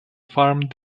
farmed